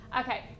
Okay